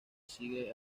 sigue